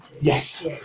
Yes